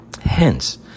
Hence